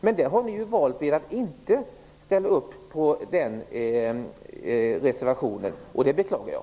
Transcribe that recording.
Men Centern har valt att inte ställa upp på reservationen, och det beklagar jag.